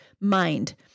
mind